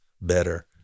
better